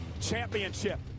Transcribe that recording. Championship